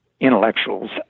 Intellectuals